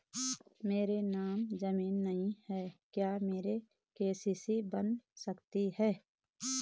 मेरे नाम ज़मीन नहीं है क्या मेरी के.सी.सी बन सकती है?